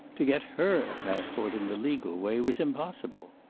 to get her a passport in the legal way was impossible.